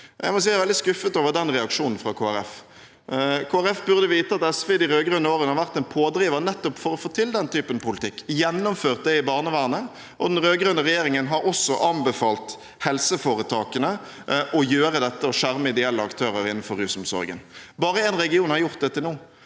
jeg er veldig skuffet over den reaksjonen fra Kristelig Folkeparti. Kristelig Folkeparti burde vite at SV i de rød-grønne årene har vært en pådriver nettopp for å få til den typen politikk, gjennomført det i barnevernet, og den rød-grønne regjeringen har også anbefalt helseforetakene å gjøre dette og skjerme ideelle aktører innenfor rusomsorgen. Bare en region har gjort det til nå.